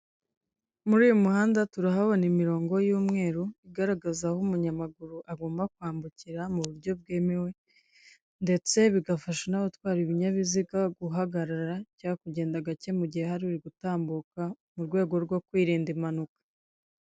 Muri uyu muhanda turahabona imirongo y'umweru igaragaza aho umunyamaguru agomba kwambukira mu buryo bwemewe ndetse bigafasha n'abatwara ibinyabiziga guhagarara cyangwa kugenda gake mu gihe hari uri gutambuka, mu rwego rwo kwirinda impanuka.